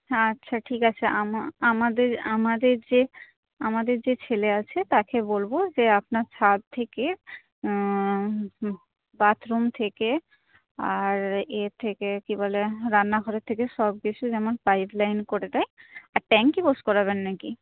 হ্যাঁ আচ্ছা ঠিক আছে আমাদের আমাদের যে আমাদের যে ছেলে আছে তাকে বলবো যে আপনার ছাদ থেকে বাথরুম থেকে আর ইয়ের থেকে কি বলে রান্নাঘরের থেকে সবকিছু যেমন পাইপলাইন করে দেয় আর ট্যাংকি ওয়াশ করবেন নাকি